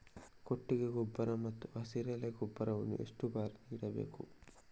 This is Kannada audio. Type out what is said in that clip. ಕೊಟ್ಟಿಗೆ ಗೊಬ್ಬರ ಮತ್ತು ಹಸಿರೆಲೆ ಗೊಬ್ಬರವನ್ನು ಎಷ್ಟು ಬಾರಿ ನೀಡಬೇಕು?